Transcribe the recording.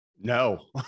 No